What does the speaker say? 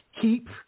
Keep